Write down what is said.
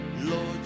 Lord